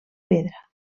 pedra